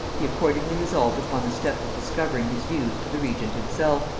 he accordingly resolved upon the step of discovering his views to the regent himself,